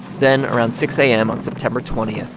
then around six a m. on september twenty,